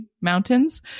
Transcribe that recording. Mountains